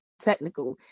technical